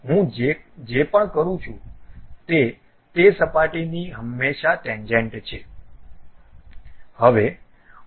હું જે પણ કરું છું તે તે સપાટીની હંમેશાં ટેન્જેન્ટ છે